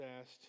asked